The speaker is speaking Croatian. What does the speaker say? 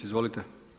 Izvolite.